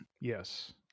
Yes